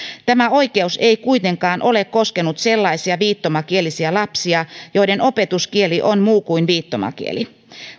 tämä oikeus ei kuitenkaan ole koskenut sellaisia viittomakielisiä lapsia joiden opetuskieli on muu kuin viittomakieli